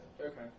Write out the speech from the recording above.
Okay